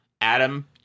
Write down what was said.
Adam